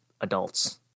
adults